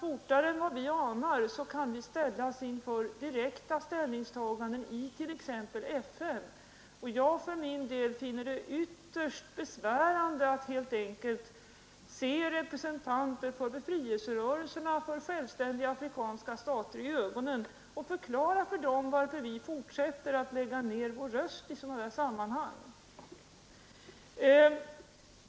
Fortare än vad vi anar kan vi ställas inför direkta ställningstaganden i t.ex. FN. Jag för min del finner det ytterst besvärande att se representanter för befrielserörelserna och för självständiga afrikanska stater i ögonen och förklara för dem varför vi fortsätter att lägga ner vår röst i sådana här sammanhang.